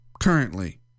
currently